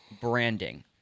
branding